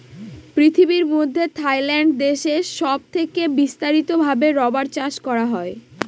পৃথিবীর মধ্যে থাইল্যান্ড দেশে সব থেকে বিস্তারিত ভাবে রাবার চাষ করা হয়